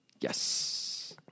Yes